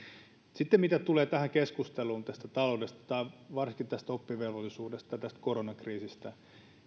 sitten mitä tulee tähän keskusteluun taloudesta tai varsinkin oppivelvollisuudesta ja tästä koronakriisistä